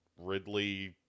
Ridley